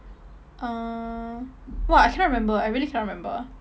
uh !wah! I cannot remember I really cannot remember